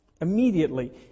Immediately